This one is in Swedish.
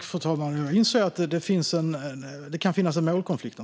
Fru talman! Jag inser att det kan finnas en målkonflikt.